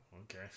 Okay